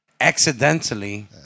accidentally